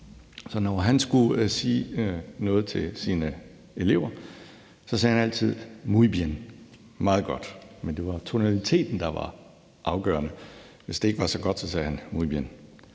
så når han skulle sige noget til sine elever, sagde han altid muy bien, dvs. meget godt. Men det var tonaliteten, der var afgørende. Hvis det ikke var så godt, sagde han bare